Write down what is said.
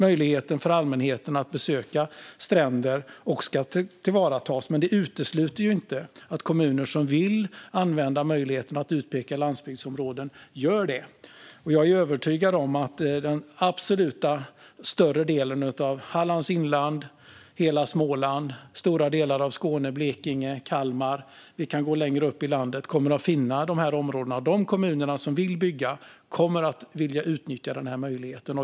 Möjligheten för allmänheten att besöka stränder ska också tillvaratas, men det utesluter inte att kommuner som vill använda möjligheten att utpeka landsbygdsområden gör det. Jag är övertygad om att den absoluta större delen av Hallands inland, hela Småland, stora delar av Skåne, Blekinge och Kalmar län och kommuner längre upp i landet kommer att finna de här områdena. De kommuner som vill bygga kommer att vilja utnyttja den här möjligheten.